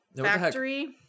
factory